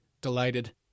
delighted